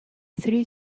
three